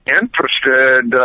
interested